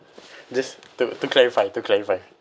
just to to clarify to clarify